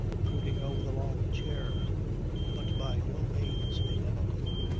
brooding over the long chair but by no means inimical,